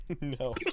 No